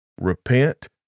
Repent